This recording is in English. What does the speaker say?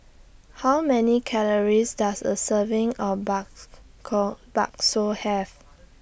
How Many Calories Does A Serving of Bakso Have